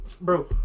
Bro